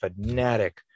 fanatic